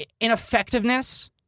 ineffectiveness